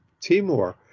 Timor